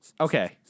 Okay